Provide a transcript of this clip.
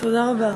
תודה רבה.